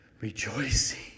rejoicing